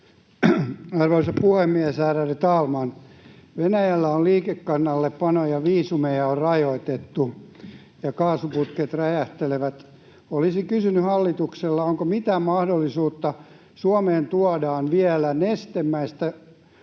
Arvoisa puhemies, ärade talman! Venäjällä on liikekannallepano, viisumeja on rajoitettu ja kaasuputket räjähtelevät. Olisin kysynyt hallitukselta: onko mitään mahdollisuutta saada rajoitettua tätä, että Suomeen tuodaan vielä nestemäistä kaasua